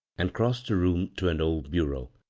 and crossed the room to an old bureau.